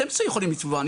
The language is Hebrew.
אתם יכולים לתבוע,